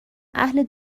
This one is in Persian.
اهل